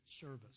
service